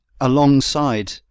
alongside